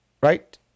right